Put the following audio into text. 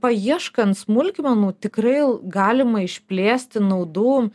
paieškant smulkmenų tikrai galima išplėsti naudų